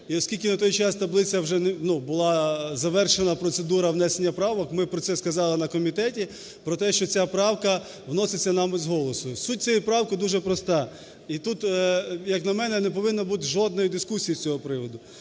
оскільки на той час таблиця вже… ну була завершена процедура внесення правок, ми про це сказали на комітеті. Про те, що ця правка вноситься нами з голосу. Суть цієї правки дуже проста. І тут, як на мене, не повинно бути жодної дискусії з цього приводу.